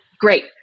Great